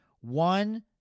One